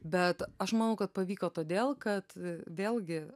bet aš manau kad pavyko todėl kad vėlgi